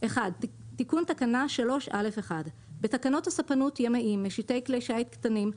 תיקון תקנה 3(א1) 1. בתקנות הספנות (ימאים) (משיטי כלי שיט קטנים),